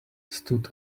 stood